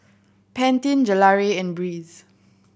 Pantene Gelare and Breeze